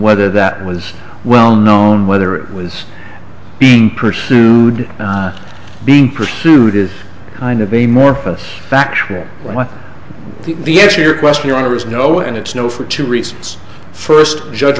whether that was well known whether it was being pursued being pursued is kind of a more for us factual when the answer your question your honor is no and it's no for two reasons first judge